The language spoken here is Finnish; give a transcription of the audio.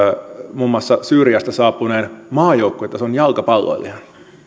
muun muassa syyriasta saapuneen maajoukkuetason jalkapalloilijan